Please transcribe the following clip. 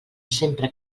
sempre